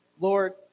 Lord